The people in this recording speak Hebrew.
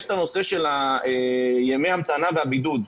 יש את הנושא של ימי ההמתנה והבידוד,